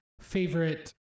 favorite